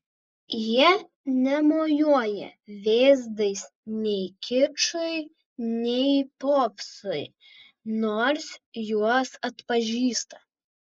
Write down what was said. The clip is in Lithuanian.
jie nemojuoja vėzdais nei kičui nei popsui nors juos atpažįsta